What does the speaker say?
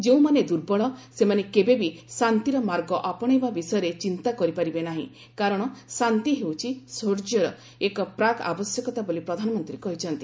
ଯେଉଁମାନେ ଦୁର୍ବଳ ସେମାନେ କେବେବି ଶାନ୍ତିର ମାର୍ଗ ଆପଣାଇବା ବିଷୟରେ ଚିନ୍ତା କରିପାରିବେ ନାହିଁ କାରଣ ଶାନ୍ତି ହେଉଛି ଶୌର୍ଯ୍ୟର ଏକ ପ୍ରାକ୍ ଆବଶ୍ୟକତା ବୋଲି ପ୍ରଧାନମନ୍ତ୍ରୀ କହିଛନ୍ତି